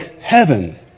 heaven